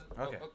okay